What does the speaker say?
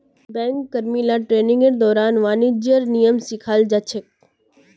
bank कर्मि ला ट्रेनिंगेर दौरान वाणिज्येर नियम सिखाल जा छेक